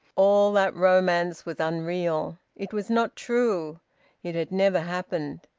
all that romance was unreal it was not true it had never happened.